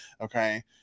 okay